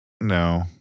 no